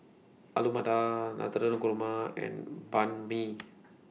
Alu Matar Navratan Korma and Banh MI